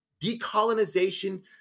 decolonization